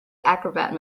acrobat